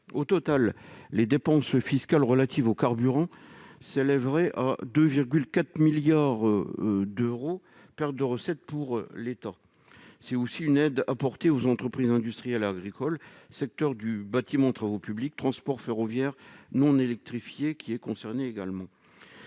Au total, les dépenses fiscales relatives au carburant représenteraient 2,4 milliards d'euros de perte de recettes pour l'État ; or c'est aussi une aide apportée aux entreprises industrielles et agricoles, au secteur du bâtiment et travaux publics, ainsi qu'au transport ferroviaire non électrifié. M. le rapporteur général